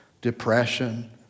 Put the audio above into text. depression